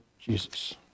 Jesus